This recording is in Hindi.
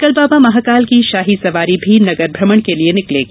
कल बाबा महाकाल की शाही सवारी भी नगर भ्रमण के लिये निकलेगी